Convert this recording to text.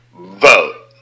vote